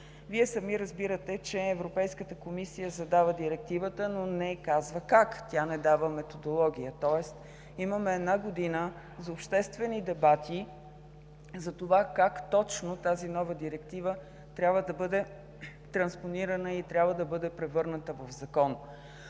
Вие сами разбирате, че Европейската комисия задава Директивата, но не казва как – тя не дава методология. Тоест имаме една година за обществени дебати, затова как точно тази нова директива трябва да бъде транспонирана, и трябва да бъде превърната в закон.